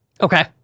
Okay